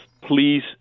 please